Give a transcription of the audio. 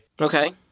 Okay